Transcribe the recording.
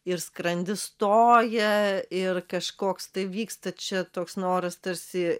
ir skrandis stoja ir kažkoks tai vyksta čia toks noras tarsi